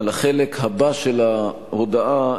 החלק הבא של ההודעה,